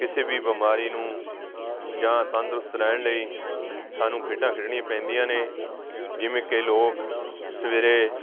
ਕਿਸੇ ਵੀ ਬਿਮਾਰੀ ਨੂੰ ਜਾਂ ਤੰਦਰੁਸਤ ਰਹਿਣ ਲਈ ਸਾਨੂੰ ਖੇਡਾਂ ਖੇਡਣੀਆਂ ਪੈਂਦੀਆਂ ਨੇ ਜਿਵੇਂ ਕਿ ਲੋਕ ਸਵੇਰੇ